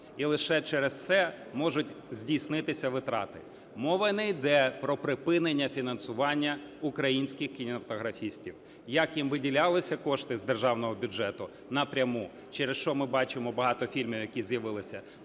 і лише через це можуть здійснитися витрати. Мова не йде про припинення фінансування українських кінематографістів, як їм виділялися кошти з державного бюджету напряму, через що ми бачимо багато фільмів, які з'явилися,